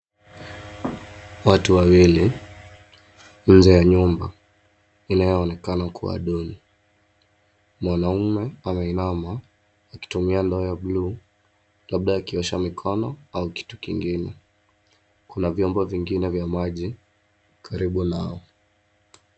Watu wawili nje ya nyumba inayoonekana kuwa duni. Mwanaume ameinama akitumia ndoo ya bluu labda akiosha mkono au kitu kingine. Kuna vyombo vingine vya maji karibu nao.